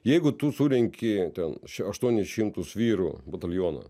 jeigu tu surenki ten aštuonis šimtus vyrų batalioną